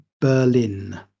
Berlin